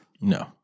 No